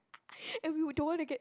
and we would don't want to get